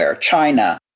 China